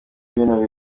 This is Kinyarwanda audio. bino